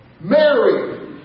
Mary